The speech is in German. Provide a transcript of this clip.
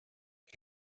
ich